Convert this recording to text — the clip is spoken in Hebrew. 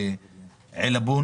תחשבו רגע על הילדים